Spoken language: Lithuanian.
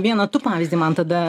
vieną tu pavyzdį man tada